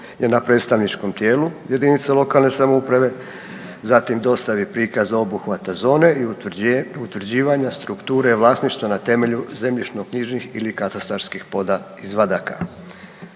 na predstavničkom tijelu jedinice lokalne samouprave, zatim dostavi prikaz obuhvata zone i utvrđivanja strukture vlasništva na temelju zemljišnoknjižnih ili katastarskih